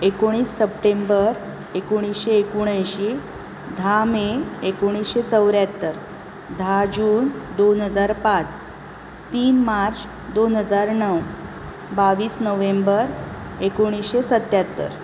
एकोणीस सप्टेंबर एकोणिशें एकूणअंयशीं धा मे एकोणिशें चवद्यात्तर धा जून दोन हजार पांच तीन मार्च दोन हजार णव बावीस नोव्हेंबर एकोणिशें सत्त्यात्तर